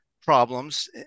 problems